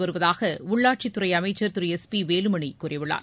வருவதாக உள்ளாட்சித் துறை அமைச்சர் திரு எஸ் பி வேலுமணி கூறியுள்ளார்